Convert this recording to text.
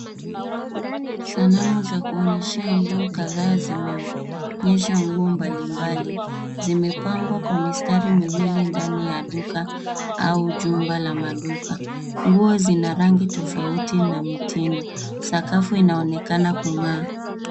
Sanamu za kuonyeshea nguo kadhaa zimeonyesha nguo mbalimbali. Zimepangwa kwa mistari miwili ndani ya duka au jumba la maduka. Nguo zina rangi tofauti na mitindo. Sakafu inaonekana kung'aa.